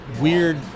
weird